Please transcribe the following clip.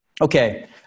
Okay